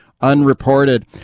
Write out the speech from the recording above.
unreported